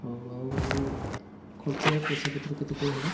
ହଉ ଆଉ ଖର୍ଚ୍ଚ ପଇସା ପତ୍ର କେତେ କ'ଣ ହବ